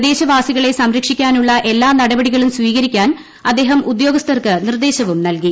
പ്രദേശവാസികളെ സംരക്ഷിക്കാനുള്ള എല്ലാ നടപടികളും സ്വീകരിക്കാൻ അദ്ദേഹം ഉദ്യോഗസ്ഥർക്ക് നിർദ്ദേശവും നൽകി